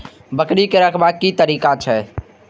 बकरी के रखरखाव के कि तरीका छै?